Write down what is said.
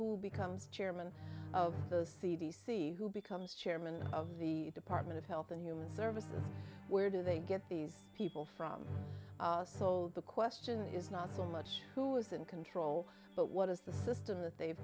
who becomes chairman of the c d c who becomes chairman of the department of health and human services and where do they get these people from so the question is not so much who is in control but what is the system that they